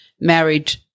married